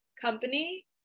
company